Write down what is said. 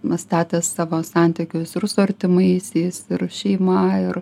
nustatęs savo santykius ir su artimaisiais ir šeima ir